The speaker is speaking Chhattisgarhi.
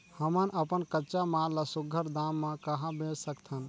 हमन अपन कच्चा माल ल सुघ्घर दाम म कहा बेच सकथन?